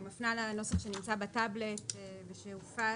אני מפנה לנוסח שנמצא בטאבלט ושהופץ.